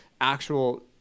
actual